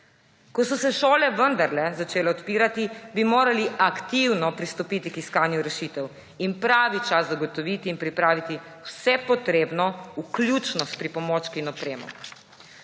Ko so se šole vendarle začele odpirati, bi morali aktivno pristopiti k iskanju rešitev in pravi čas zagotoviti in pripraviti vse potrebno, vključno s pripomočki in opremo,